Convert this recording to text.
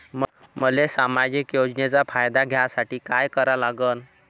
मले सामाजिक योजनेचा फायदा घ्यासाठी काय करा लागन?